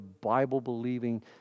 Bible-believing